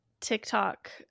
TikTok